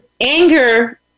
Anger